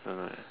don't know eh